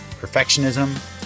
perfectionism